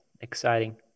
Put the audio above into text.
exciting